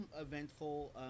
eventful